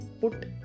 put